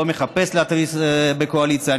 אני לא מחפש להתריס מול הקואליציה.